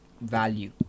value